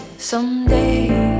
Someday